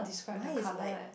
mine is like